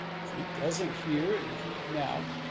if he doesn't hear and heed now,